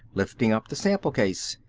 lifting up the sample case.